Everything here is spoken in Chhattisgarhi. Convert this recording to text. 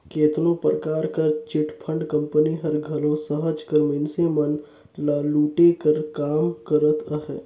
केतनो परकार कर चिटफंड कंपनी हर घलो सहज कर मइनसे मन ल लूटे कर काम करत अहे